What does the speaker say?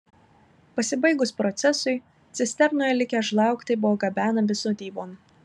pasibaigus procesui cisternoje likę žlaugtai buvo gabenami sodybon